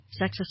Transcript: sexist